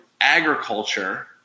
agriculture